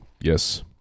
yes